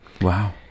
Wow